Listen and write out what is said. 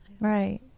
Right